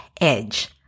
edge